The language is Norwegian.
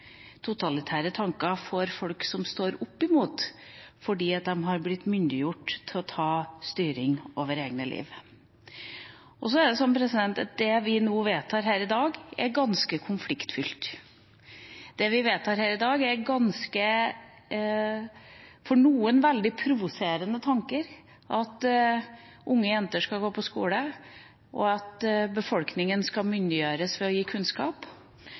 Totalitære tanker får folk til å stå opp mot dem, fordi de har blitt myndiggjort til å ta styring over eget liv. Det vi vedtar her i dag, er ganske konfliktfylt. Det vi vedtar her i dag, er for noen veldig provoserende tanker – at unge jenter skal gå på skole, og at befolkninga skal myndiggjøres for å gi kunnskap.